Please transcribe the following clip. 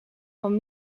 van